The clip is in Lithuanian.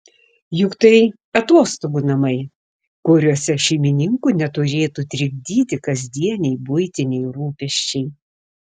juk tai atostogų namai kuriuose šeimininkų neturėtų trikdyti kasdieniai buitiniai rūpesčiai